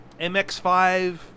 MX5